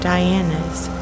Diana's